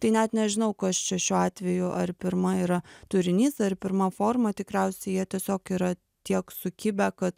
tai net nežinau kas čia šiuo atveju ar pirma yra turinys ar pirma forma tikriausiai jie tiesiog yra tiek sukibę kad